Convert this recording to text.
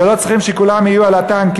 הרי לא צריכים שכולם יהיו על הטנקים,